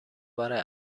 برای